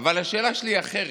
אבל השאלה שלי היא אחרת.